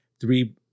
three